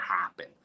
happen